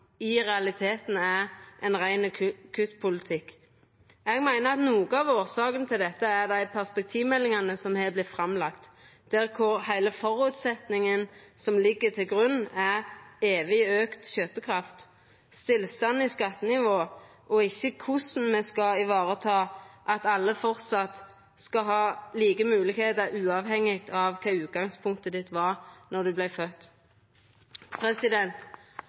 i realiteten er ein rein kuttpolitikk. Eg meiner at noko av årsaka til dette er dei perspektivmeldingane som har vorte framlagde, der heile føresetnaden som ligg til grunn, er evig auka kjøpekraft og stillstand i skattenivået, og ikkje korleis me skal varetaka at alle framleis skal ha like moglegheiter, uavhengig av kva utgangspunktet var